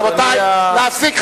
רבותי, להפסיק.